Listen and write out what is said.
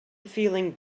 feeling